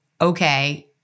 okay